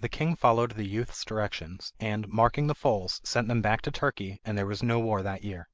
the king followed the youth's directions, and, marking the foals, sent them back to turkey, and there was no war that year.